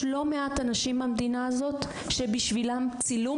יש לא מעט אנשים במדינה הזאת שבשבילם צילום